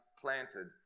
planted